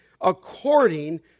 according